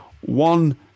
one